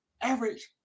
average